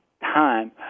time